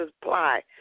supply